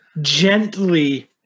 gently